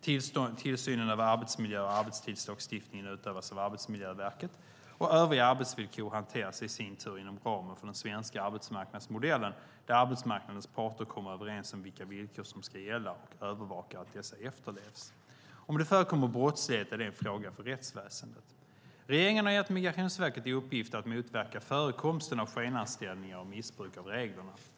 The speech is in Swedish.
Tillsynen över arbetsmiljö och arbetstidslagstiftningen utövas av Arbetsmiljöverket. Övriga arbetsvillkor hanteras i sin tur inom ramen för den svenska arbetsmarknadsmodellen, där arbetsmarknadens parter kommer överens om vilka villkor som ska gälla och övervakar att dessa efterlevs. Om det förekommer brottslighet är det en fråga för rättsväsendet. Regeringen har gett Migrationsverket i uppgift att motverka förekomsten av skenanställningar och missbruk av reglerna.